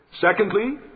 Secondly